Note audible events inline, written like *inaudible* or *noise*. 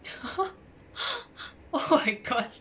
*laughs* oh my god